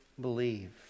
believe